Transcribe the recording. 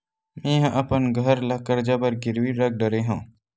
मेहा अपन घर ला कर्जा बर गिरवी रख डरे हव